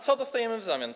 Co dostajemy w zamian?